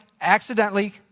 accidentally